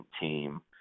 team